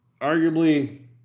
Arguably